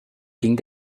ging